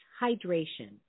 hydration